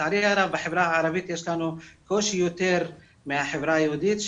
לצערי הרב בחברה הערבית יש לנו קושי יותר מהחברה היהודית,